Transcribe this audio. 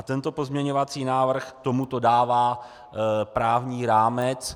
Tento pozměňovací návrh k tomuto dává právní rámec.